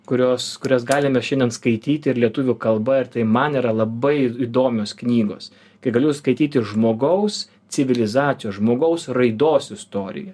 kurios kurias galime šiandien skaityti ir lietuvių kalba ir tai man yra labai įdomios knygos kai galiu skaityti žmogaus civilizacijos žmogaus raidos istoriją